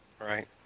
Right